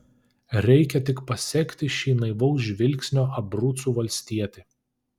reikia tik pasekti šį naivaus žvilgsnio abrucų valstietį